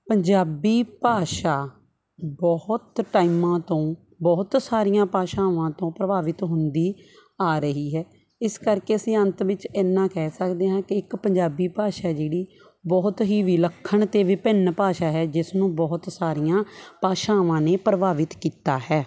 ਪੰਜਾਬੀ ਭਾਸ਼ਾ ਬਹੁਤ ਟਾਈਮਾਂ ਤੋਂ ਬਹੁਤ ਸਾਰੀਆਂ ਭਾਸ਼ਾਵਾਂ ਤੋਂ ਪ੍ਰਭਾਵਿਤ ਹੁੰਦੀ ਆ ਰਹੀ ਹੈ ਇਸ ਕਰਕੇ ਅਸੀਂ ਅੰਤ ਵਿੱਚ ਇੰਨਾ ਕਹਿ ਸਕਦੇ ਹਾਂ ਕਿ ਇੱਕ ਪੰਜਾਬੀ ਭਾਸ਼ਾ ਜਿਹੜੀ ਬਹੁਤ ਹੀ ਵਿਲੱਖਣ ਅਤੇ ਵਿਭਿੰਨ ਭਾਸ਼ਾ ਹੈ ਜਿਸ ਨੂੰ ਬਹੁਤ ਸਾਰੀਆਂ ਭਾਸ਼ਾਵਾਂ ਨੇ ਪ੍ਰਭਾਵਿਤ ਕੀਤਾ ਹੈ